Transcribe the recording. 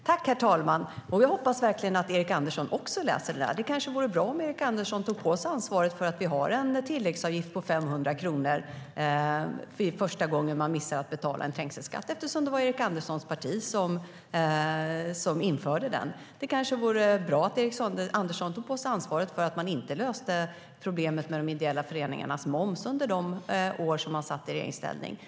Herr talman! Jag hoppas verkligen att också Erik Andersson läser det. Det kanske vore bra om Erik Andersson tog på sig ansvaret för att vi har en tilläggsavgift på 500 kronor första gången man missar att betala en trängselskatt, eftersom det var Erik Anderssons parti som införde den. Det kanske vore bra om Erik Andersson tog på sig ansvaret för att man inte löste problemet med momsen för de ideella föreningarna under de år som man satt i regeringsställning.